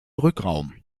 rückraum